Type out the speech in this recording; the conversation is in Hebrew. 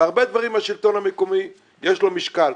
בהרבה דברים לשלטון המקומי יש משקל,